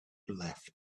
left